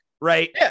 right